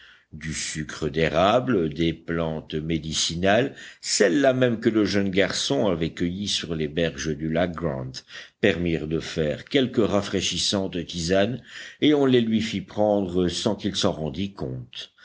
du sucre d'érable des plantes médicinales celles-là mêmes que le jeune garçon avait cueillies sur les berges du lac grant permirent de faire quelques rafraîchissantes tisanes et on les lui fit prendre sans qu'il s'en rendît compte